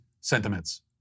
sentiments